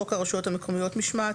חוק הרשויות המקומיות (משמעת),